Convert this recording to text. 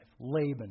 Laban